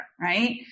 Right